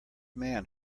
man